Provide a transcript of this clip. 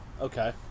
Okay